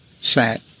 sat